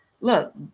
look